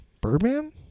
birdman